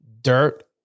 Dirt